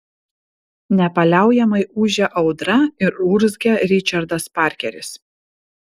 nepaliaujamai ūžė audra ir urzgė ričardas parkeris